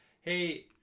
Hey